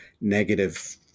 negative